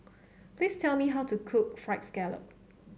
please tell me how to cook fried scallop